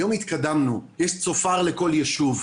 היום התקדמנו, יש צופר לכל יישוב.